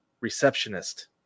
receptionist